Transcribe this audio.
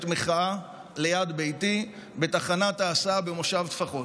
מחאה ליד ביתי בתחנת ההסעה במושב טפחות,